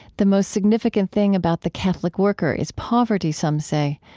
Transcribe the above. the most significant thing about the catholic worker is poverty, some say.